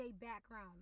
background